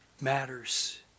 matters